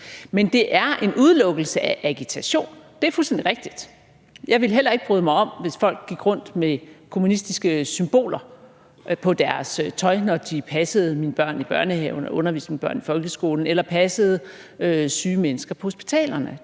Men det er en udelukkelse af agitation, det er fuldstændig rigtigt. Jeg ville heller ikke bryde mig om, hvis folk gik rundt med kommunistiske symboler på deres tøj, når de passede mine børn i børnehaven eller underviste mine børn i folkeskolen eller passede syge mennesker på hospitalerne.